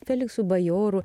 feliksu bajoru